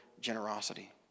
generosity